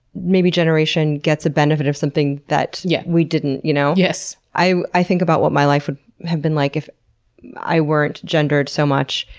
maybe, generation gets a benefit of something that yeah we didn't, you know? yes. i i think about what my life would have been like if i weren't gendered so much.